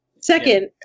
Second